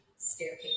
staircase